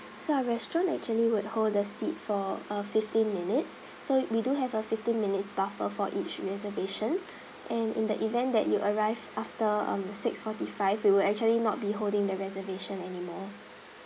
so our restaurant actually would hold the seat for a fifteen minutes so we do have a fifteen minutes buffer for each reservation and in the event that you arrive after um six forty five we will actually not be holding the reservation anymore